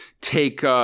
take